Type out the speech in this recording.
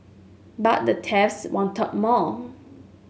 but the thieves wanted more